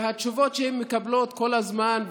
והתשובות שהן מקבלות כל הזמן,